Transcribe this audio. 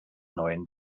neuen